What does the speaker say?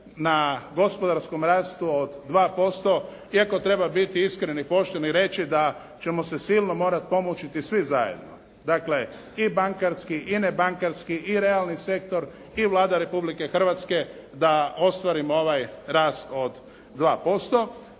na gospodarskom rastu od 2% iako treba biti iskren i pošten i reći da ćemo se silno morati pomučiti svi zajedno, dakle i bankarski i nebankarski i realni sektor i Vlada Republike Hrvatske da ostvarimo ovaj rast od 2%.